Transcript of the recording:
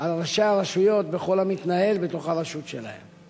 על ראשי הרשויות בכל המתנהל בתוך הרשות שלהם.